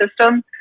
system